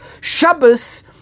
Shabbos